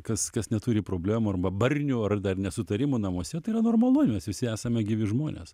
kas kas neturi problemų arba barnių ar dar nesutarimų namuose tai yra normalu mes visi esame gyvi žmonės